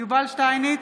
יובל שטייניץ,